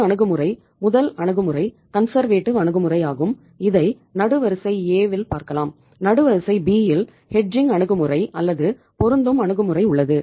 ஒரு அணுகுமுறை முதல் அணுகுமுறை கன்சர்வேட்டிவ் அணுகுமுறை அல்லது பொருந்தும் அணுகுமுறை உள்ளது